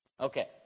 Okay